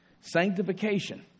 sanctification